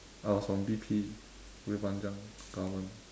I was from B_P bukit panjang government